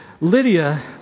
Lydia